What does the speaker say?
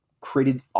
created